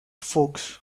fox